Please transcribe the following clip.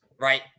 right